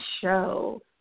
show